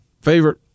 favorite